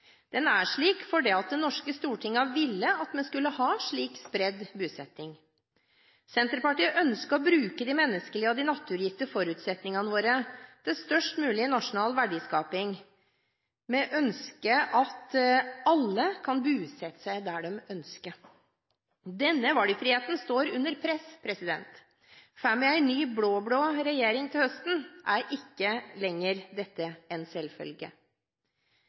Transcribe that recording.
Den er slik fordi Det norske storting har villet at vi skulle ha slik spredt bosetting. Senterpartiet ønsker å bruke de menneskelige og de naturgitte forutsetningene våre til størst mulig nasjonal verdiskaping, med ønske om at alle kan bosette seg der de ønsker. Denne valgfriheten står under press. Får vi en ny blå-blå regjering til høsten, er ikke dette lenger en selvfølge.